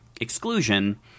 exclusion